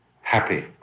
happy